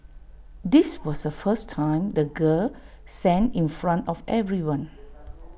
this was the first time the girl sang in front of everyone